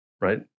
Right